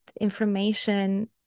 information